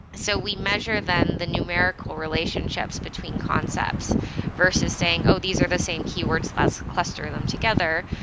so we measure than the numerical relationships between concepts versus saying, oh, these are the same keywords. let's cluster them together.